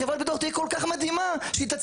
חברת הביטוח תהיה כל כך מדהימה שהיא